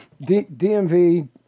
DMV